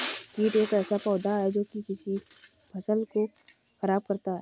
कीट एक ऐसा पौधा है जो की फसल को खराब करता है